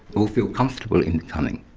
or feel comfortable in becoming.